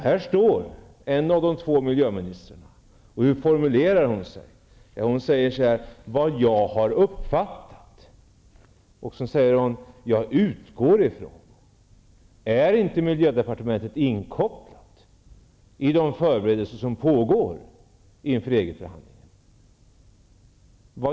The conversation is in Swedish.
Nu står en av de två miljöministrarna här i talarstolen, och hur formulerar hon sig? Hon säger: Vad jag har uppfattat. Sedan säger hon: Jag utgår från. Är miljödepartementet inte inkopplat i de förberedelser som pågår inför EG förhandlingarna?